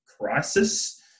crisis